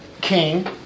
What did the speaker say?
king